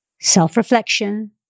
Self-reflection